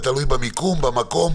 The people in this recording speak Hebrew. אני מבקש